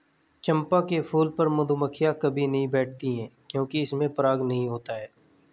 चंपा के फूल पर मधुमक्खियां कभी नहीं बैठती हैं क्योंकि इसमें पराग नहीं होता है